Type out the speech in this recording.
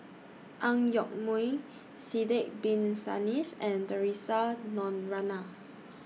Ang Yoke Mooi Sidek Bin Saniff and Theresa Noronha